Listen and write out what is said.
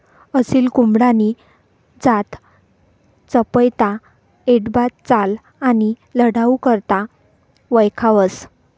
असील कोंबडानी जात चपयता, ऐटबाज चाल आणि लढाऊ करता वयखावंस